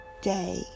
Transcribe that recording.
day